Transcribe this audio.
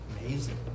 amazing